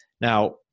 now